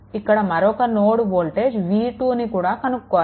ఇక్కడ మరొక node voltage v2ను కూడా కనుక్కోవాలి